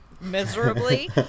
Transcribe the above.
miserably